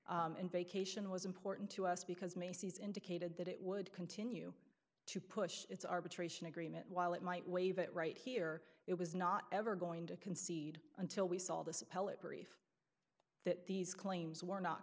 and vacation was important to us because macy's indicated that it would continue to push its arbitration agreement while it might waive it right here it was not ever going to concede until we saw this appellate brief that these claims were not